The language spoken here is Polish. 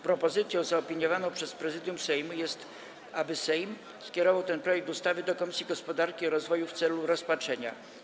Propozycją zaopiniowaną przez Prezydium Sejmu jest, aby Sejm skierował ten projekt ustawy do Komisji Gospodarki i Rozwoju w celu rozpatrzenia.